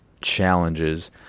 challenges